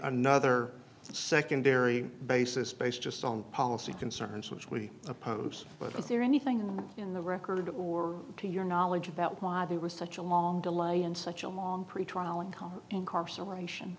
another secondary basis based just on policy concerns which we oppose but is there anything in the record or to your knowledge about why there was such a long delay in such a long pretrial income incarceration